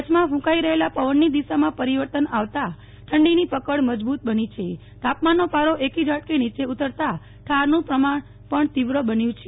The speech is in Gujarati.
કચ્છમાં કુંકી રહેલ પવનની દિશામાં પરિવર્તન આવતા ગઈકાલથી ઠંડીની પકડ મજબુત બની છે તાપમાનનો પારો એકી ઝાટકે નીચે ઉતરતા ઠારનું પ્રમાણ પણ તીવ્ર બન્યું છે